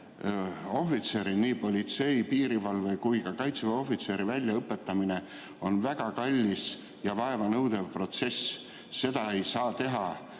ohvitseri, nii politsei‑, piirivalve‑ kui ka kaitseväeohvitseri väljaõpetamine on väga kallis ja vaeva nõudev protsess. Seda ei saa teha